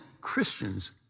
Christians